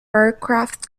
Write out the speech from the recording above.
aircraft